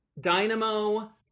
Dynamo